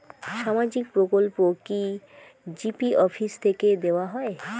সামাজিক প্রকল্প কি জি.পি অফিস থেকে দেওয়া হয়?